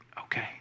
Okay